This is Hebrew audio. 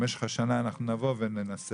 במשך השנה אנחנו נבוא וננסה